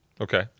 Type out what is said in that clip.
Okay